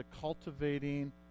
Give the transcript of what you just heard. cultivating